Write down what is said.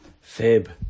Fib